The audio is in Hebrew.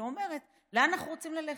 שאומרת לאן אנחנו רוצים ללכת,